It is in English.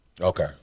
Okay